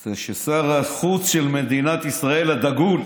זה ששר החוץ של מדינת ישראל, הדגול,